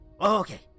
Okay